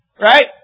right